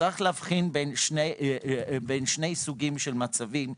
יש להבחין בין שני סוגי מצבים,